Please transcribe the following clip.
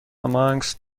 amongst